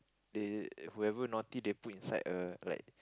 they whoever naughty they put inside a like